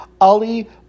Ali